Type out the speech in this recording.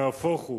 נהפוך הוא,